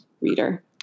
reader